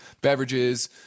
beverages